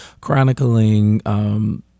chronicling